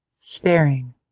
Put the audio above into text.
staring